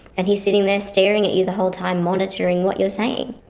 and he's sitting there staring at you the whole time, monitoring what you're saying.